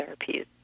therapies